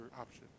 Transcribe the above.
option